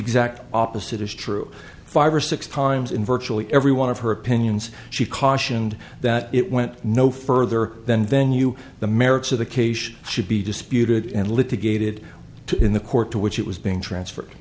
exact opposite is true five or six times in virtually every one of her opinions she cautioned that it went no further than venue the merits of the case should be disputed and litigated in the court to which it was being transferred